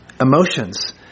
emotions